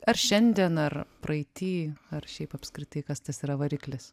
ar šiandien ar praeity ar šiaip apskritai kas tas yra variklis